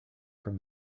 from